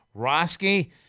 Roski